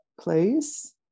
place